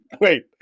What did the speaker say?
wait